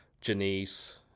Janice